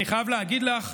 אני חייב להגיד לך,